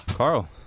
Carl